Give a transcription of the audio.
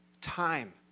time